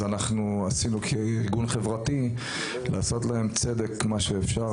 אז ניסינו כארגון חברתי לעשות להם צדק לפי מה שאפשר,